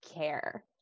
care